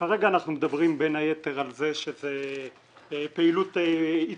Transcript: כרגע אנחנו מדברים בין היתר על זה שזה פעילות ייצורית,